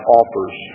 offers